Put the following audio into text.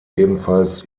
ebenfalls